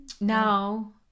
now